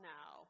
now